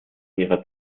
ihrer